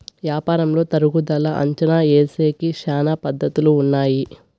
యాపారంలో తరుగుదల అంచనా ఏసేకి శ్యానా పద్ధతులు ఉన్నాయి